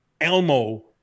Elmo